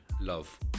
love